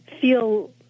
feel